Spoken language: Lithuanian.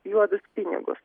juodus pinigus